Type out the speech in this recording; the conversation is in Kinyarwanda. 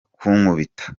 kunkubita